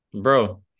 Bro